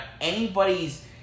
anybody's